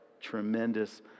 tremendous